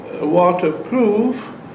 waterproof